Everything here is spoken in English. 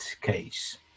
case